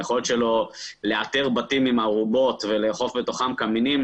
היכולת שלו לאתר בתים עם ארובות ולאכוף בתוכם קמינים,